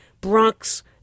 Bronx